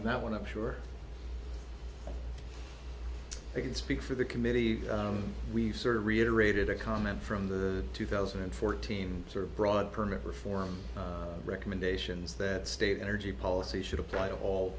not one of sure i can speak for the committee we've sort of reiterated a comment from the two thousand and fourteen sort of broad permit reform recommendations that state energy policy should apply to all